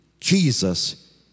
Jesus